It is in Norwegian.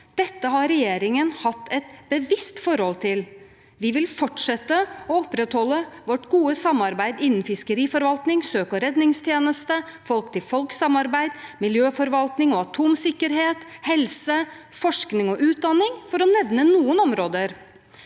Dette har regjeringen hatt et bevisst forhold til. Vi vil fortsette å opprettholde vårt gode samarbeid innen fiskeriforvaltning, søk og redningstjeneste, folk-til-folk-samarbeid, miljøforvaltning og atomsikkerhet, helse, forskning og utdanning – for å nevne noen områder.